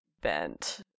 bent